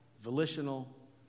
volitional